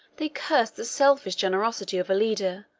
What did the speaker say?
they cursed the selfish generosity of a leader,